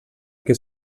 que